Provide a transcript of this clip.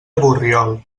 borriol